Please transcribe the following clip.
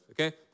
Okay